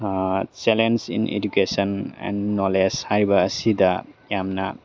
challenge in education and knowledge ꯍꯥꯏꯔꯤꯕ ꯑꯁꯤꯗ ꯌꯥꯝꯅ